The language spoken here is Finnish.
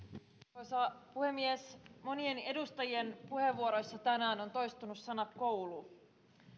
arvoisa puhemies monien edustajien puheenvuoroissa tänään on toistunut sana koulu